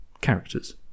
characters